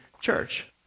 church